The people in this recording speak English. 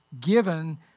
given